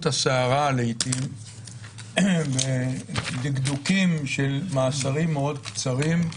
השערה לעיתים בדקדוקים של מאסרים מאוד קצרים,